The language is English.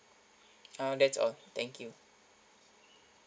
ah that's all thank you